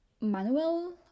manuel